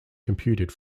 computed